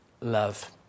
love